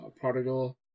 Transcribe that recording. Prodigal